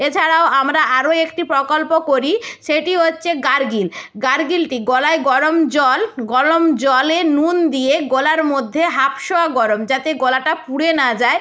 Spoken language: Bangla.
এছাড়াও আমরা আরও একটি প্রকল্প করি সেটি হচ্ছে গার্গিল গার্গিলটি গলায় গরম জল গরম জলে নুন দিয়ে গলার মধ্যে হাপশোয়া গরম যাতে গলাটা পুড়ে না যায়